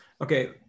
Okay